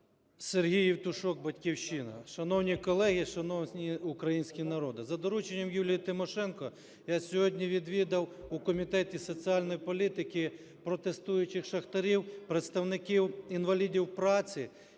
Сергій Євтушок, "Батьківщина". Шановні колеги, шановний український народе! За дорученням Юлії Тимошенко я сьогодні відвідав у Комітеті соціальної політики протестуючих шахтарів, представників інвалідів праці,